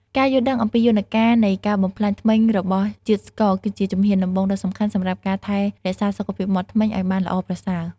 ការយល់ដឹងអំពីយន្តការនៃការបំផ្លាញធ្មេញរបស់ជាតិស្ករគឺជាជំហានដំបូងដ៏សំខាន់សម្រាប់ការថែរក្សាសុខភាពមាត់ធ្មេញឱ្យបានល្អប្រសើរ។